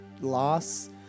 loss